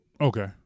Okay